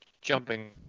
jumping